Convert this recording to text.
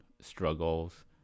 struggles